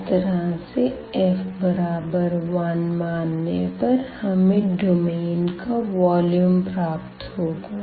इस तरह से f बराबर 1 मानने पर हमें डोमेन का वॉल्यूम प्राप्त होगा